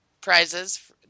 prizes